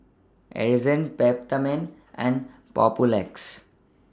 Ezerra Peptamen and Papulex